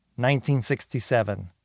1967